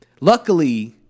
Luckily